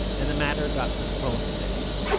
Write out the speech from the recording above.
and the matter got postponed a bit.